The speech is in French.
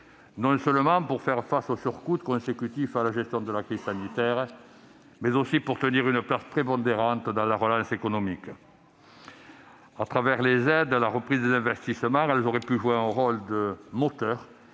non seulement pour faire face aux surcoûts consécutifs à la gestion de la crise sanitaire, mais aussi pour tenir une place prépondérante dans la relance économique. Au travers des aides et de la reprise des investissements, elles auraient pu jouer un rôle moteur,